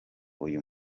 uyu